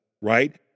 right